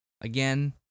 Again